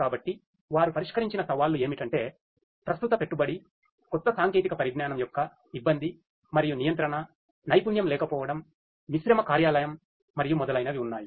కాబట్టి వారు పరిష్కరించిన సవాళ్లు ఏమిటంటే ప్రస్తుత పెట్టుబడి కొత్త సాంకేతిక పరిజ్ఞానం యొక్క ఇబ్బంధి మరియు నియంత్రణ నైపుణ్యం లేకపోవడం మిశ్రమ కార్యాలయం మరియు మొదలైనవి ఉన్నాయి